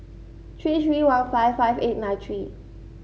three three one five five eight nine three